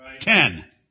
Ten